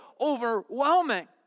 overwhelming